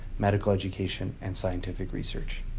medical education, and scientific research.